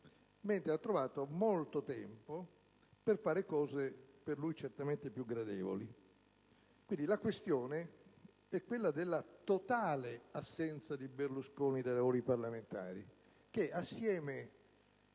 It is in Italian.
mentre ha trovato molto tempo per fare cose per lui certamente più gradevoli. Pertanto, la questione è quella della totale assenza di Berlusconi dai lavori parlamentari e ciò, assieme